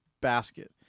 basket